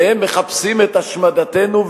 והם מחפשים את השמדתנו,